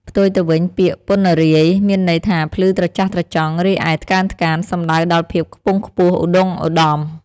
ផ្ទុយទៅវិញ ពាក្យ «ពណ្ណរាយ» មានន័យថាភ្លឺត្រចះត្រចង់ រីឯ «ថ្កើងថ្កាន» សំដៅដល់ភាពខ្ពង់ខ្ពស់ ឧត្ដុង្គឧត្ដម។